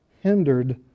hindered